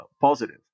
positive